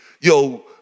yo